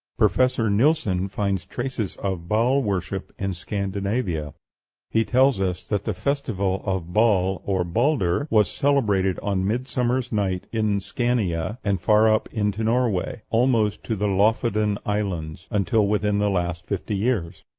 professor nilsson finds traces of baal worship in scandinavia he tells us that the festival of baal, or balder, was celebrated on midsummer's night in scania, and far up into norway, almost to the loffoden islands, until within the last fifty years.